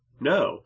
No